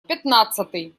пятнадцатый